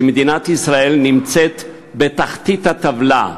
שמדינת ישראל נמצאת בתחתית הטבלה,